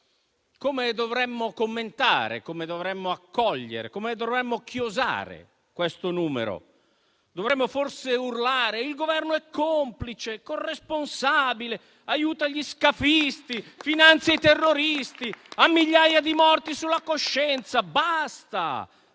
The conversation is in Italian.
Come dovremmo commentare, come dovremmo accogliere, come dovremmo chiosare questo numero? Dovremmo forse urlare che il Governo è complice e corresponsabile, che aiuta gli scafisti, finanzia i terroristi, ha migliaia di morti sulla coscienza, che